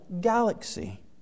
galaxy